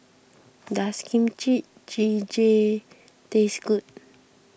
does Kimchi Jjigae taste good